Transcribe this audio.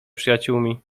przyjaciółmi